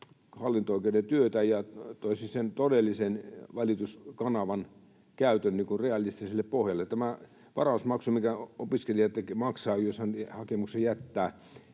hallinto-oikeuden työtä ja toisi sen todellisen välityskanavan käytön realistiselle pohjalle. Tämä varausmaksu, minkä opiskelija maksaa, jos hän hakemuksen jättää,